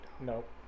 Nope